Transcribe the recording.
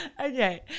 Okay